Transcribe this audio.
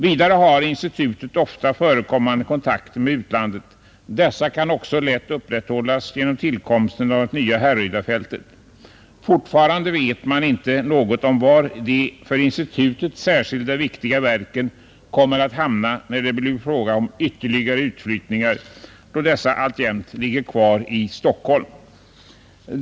Vidare har institutet ofta förekommande kontakter med utlandet. Dessa kan också lätt upprätthållas genom tillkomsten av det nya Härrydafältet. Fortfarande vet man inte något om var de för institutet särskilt viktiga verken kommer att hamna när det blir fråga om ytterligare utflyttning, eftersom dessa verk alltjämt ligger kvar i Stockholm.